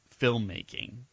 filmmaking